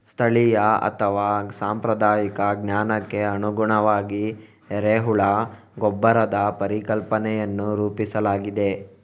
ಸ್ಥಳೀಯ ಅಥವಾ ಸಾಂಪ್ರದಾಯಿಕ ಜ್ಞಾನಕ್ಕೆ ಅನುಗುಣವಾಗಿ ಎರೆಹುಳ ಗೊಬ್ಬರದ ಪರಿಕಲ್ಪನೆಯನ್ನು ರೂಪಿಸಲಾಗಿದೆ